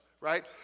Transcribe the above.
right